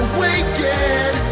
Awaken